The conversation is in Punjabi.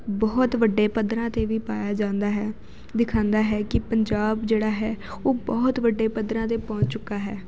ਬਹੁਤ ਵੱਡੇ ਪੱਧਰਾਂ 'ਤੇ ਵੀ ਪਾਇਆ ਜਾਂਦਾ ਹੈ ਦਿਖਾਉਂਦਾ ਹੈ ਕਿ ਪੰਜਾਬ ਜਿਹੜਾ ਹੈ ਉਹ ਬਹੁਤ ਵੱਡੇ ਪੱਧਰਾਂ 'ਤੇ ਪਹੁੰਚ ਚੁੱਕਾ ਹੈ